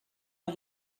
mae